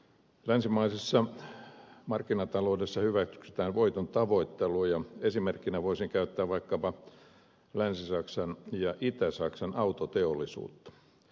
länsimaisessa markkinataloudessa hyväksytään voiton tavoittelu ja esimerkkinä voisin käyttää vaikkapa länsi saksan ja itä saksan autoteollisuutta